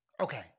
Okay